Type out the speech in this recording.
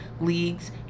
leagues